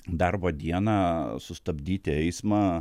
darbo dieną sustabdyti eismą